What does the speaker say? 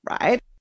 Right